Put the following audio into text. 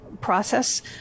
process